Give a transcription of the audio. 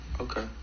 Okay